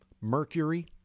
Mercury